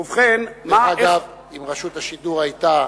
דרך אגב, אם רשות השידור היתה